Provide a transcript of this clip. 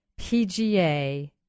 PGA